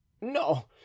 no